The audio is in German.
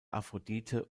aphrodite